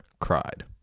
cried